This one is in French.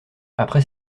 après